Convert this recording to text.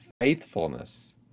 faithfulness